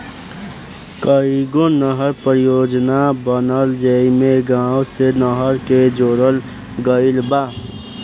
कईगो नहर परियोजना बनल जेइमे गाँव से नहर के जोड़ल गईल बा